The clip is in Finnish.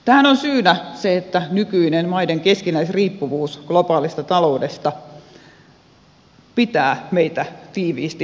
tähän on syynä se että nykyinen maiden keskinäisriippuvuus globaalista taloudesta pitää meitä tiiviisti yhdessä